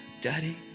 daddy